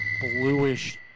bluish